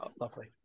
Lovely